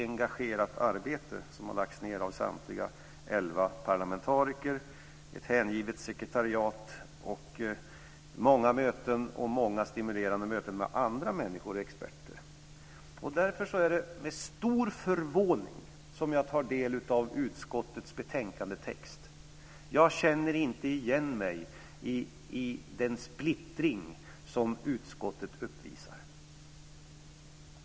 Engagerat arbete har lagts ned av samtliga elva parlamentariker och ett hängivet sekretariat. Det har varit många möten, även många stimulerande möten med andra människor och experter. Därför är det med stor förvåning jag tar del av utskottets betänkandetext. Jag känner inte igen mig i den splittring som utskottet uppvisar.